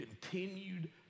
continued